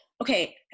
okay